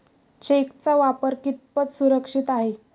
चेकचा वापर कितपत सुरक्षित आहे?